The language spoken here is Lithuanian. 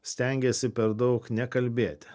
stengėsi per daug nekalbėti